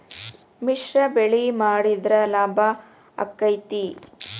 ಮಿಶ್ರ ಬೆಳಿ ಮಾಡಿದ್ರ ಲಾಭ ಆಕ್ಕೆತಿ?